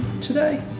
today